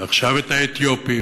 ועכשיו את האתיופים,